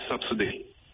subsidy